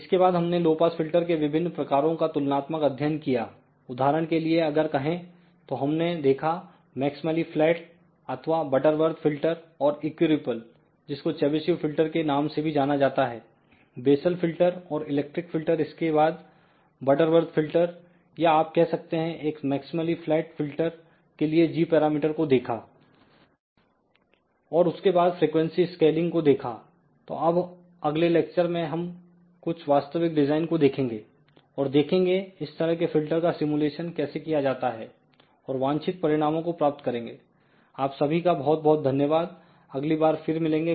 इसके बाद हमने लो पास फिल्टर के विभिन्न प्रकारों का तुलनात्मक अध्ययन किया उदाहरण के लिए अगर कहें तो हमने देखा मैक्समेंली फ्लैट अथवा बटरवर्थ फिल्टर और इक्यूरिपल जिसको चेबीशेव फिल्टर के नाम से भी जाना जाता है वेसल फिल्टर और इलेक्ट्रिक फिल्टर इसके बाद बटरवर्थ फिल्टर या आप कह सकते हैं एक मैक्सीमल फ्लैट फिल्टर के लिए g पैरामीटर को देखा और उसके बाद फ्रिकवेंसी स्केलिंग को देखा तो अब अगले लेक्चर में हम कुछ वास्तविक डिजाइन को देखेंगे और देखेंगे इस तरह के फिल्टर का सिमुलेशन कैसे किया जाता है और वांछित परिणामों को प्राप्त करेंगे